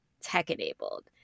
tech-enabled